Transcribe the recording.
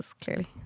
Clearly